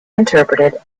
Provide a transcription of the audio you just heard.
interpreted